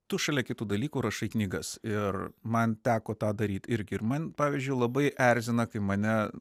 tu šalia kitų dalykų rašai knygas ir man teko tą daryt irgi ir man pavyzdžiui labai erzina kai mane